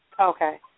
Okay